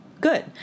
Good